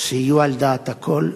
שיהיו על דעת הכול.